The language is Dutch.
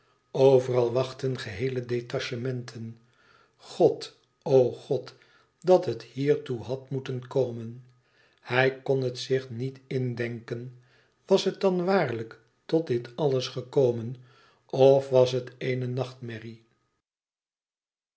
overal wachten geheele detachementen god o god dat het hiertoe had moeten komen hij kn het zich niet indenken wàs het dan waarlijk tot dit alles gekomen of was het eene nachtmerrie